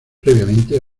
previamente